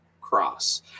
cross